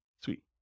Sweet